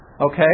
Okay